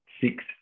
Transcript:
six